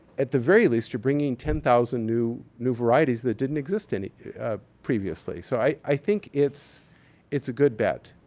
at the very least, you're bringing ten thousand new new varieties that didn't exist and ah previously. so, i think it's it's a good bet.